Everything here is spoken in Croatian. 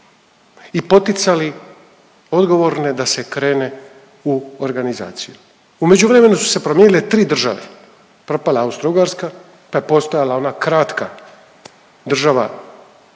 i poticali odgovorne da se krene u organizaciju. U međuvremenu su se promijenile tri države, propala je Austro-Ugarska, pa je postojala ona kratka država